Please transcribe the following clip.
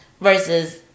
versus